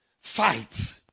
fight